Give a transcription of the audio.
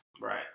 Right